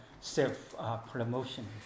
self-promotion